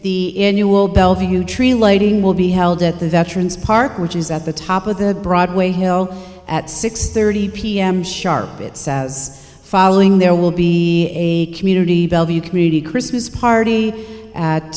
will bellevue tree lighting will be held at the veterans park which is at the top of the broadway hill at six thirty p m sharp it says following there will be a community bellevue community christmas party at